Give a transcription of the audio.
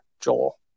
Joel